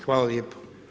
Hvala lijepo.